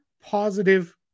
positive